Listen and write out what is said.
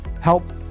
help